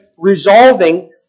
resolving